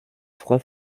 trois